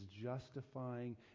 justifying